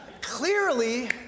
clearly